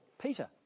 Peter